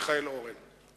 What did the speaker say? מיכאל אורן.